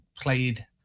played